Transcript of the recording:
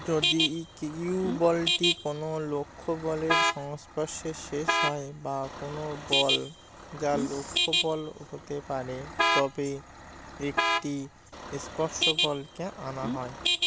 যদি ই ক ইউ বলটি কোনো লক্ষ্য বলের সংস্পর্শে শেষ হয় বা কোনো বল যা লক্ষ্য বল হতে পারে তবে একটি স্পর্শ বলকে আনা হয়